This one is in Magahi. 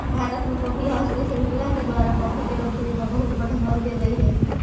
भारत में कॉफी हाउस के श्रृंखला के द्वारा कॉफी के लोकप्रियता बहुत बढ़बल गेलई हे